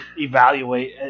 evaluate